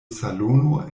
salono